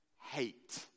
hate